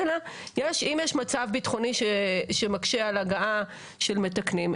אלא אם יש מצב ביטחוני שמקשה על הגעה של מתקנים,